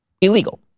illegal